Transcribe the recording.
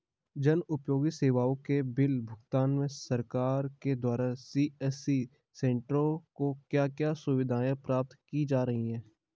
जन उपयोगी सेवाओं के बिल भुगतान में सरकार के द्वारा सी.एस.सी सेंट्रो को क्या क्या सुविधाएं प्रदान की जा रही हैं?